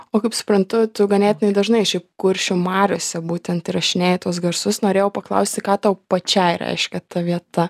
o kaip suprantu tu ganėtinai dažnai šiaip kuršių mariose būtent įrašinėji tuos garsus norėjau paklausti ką tau pačiai reiškia ta vieta